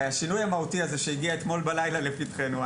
והשינוי המהותי הזה שהגיע אתמול בלילה לפתחינו,